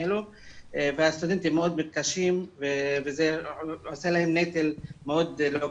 והסטודנטים מאוד מתקשים וזה גורם להם לנטל מאוד לא קל.